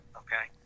okay